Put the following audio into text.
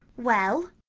well?